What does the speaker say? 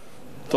תודה.